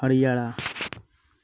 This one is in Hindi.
हरियाणा